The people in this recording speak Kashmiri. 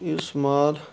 یُس مال